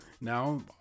now